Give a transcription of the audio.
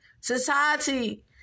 Society